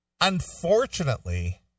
unfortunately